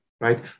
right